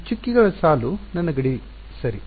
ಈ ಚುಕ್ಕೆಗಳ ಸಾಲು ನನ್ನ ಗಡಿ ಸರಿ